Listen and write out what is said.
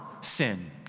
sin